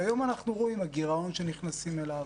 היום אנחנו רואים את הגירעון שנכנסים אליו,